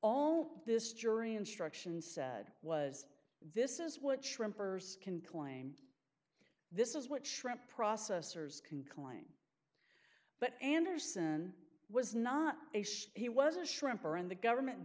all this jury instructions said was this is what shrimpers can claim this is what shrimp processors can claim but anderson was not he was a shrimper in the government